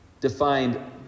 defined